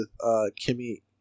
Kimmy